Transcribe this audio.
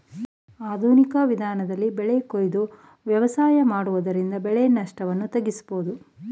ಆಧುನಿಕ ವಿಧಾನದಲ್ಲಿ ಬೆಳೆ ಕೊಯ್ದು ವ್ಯವಸಾಯ ಮಾಡುವುದರಿಂದ ಬೆಳೆ ನಷ್ಟವನ್ನು ತಗ್ಗಿಸಬೋದು